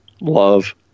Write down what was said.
Love